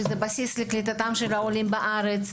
שזה בסיס קליטת העולים בארץ,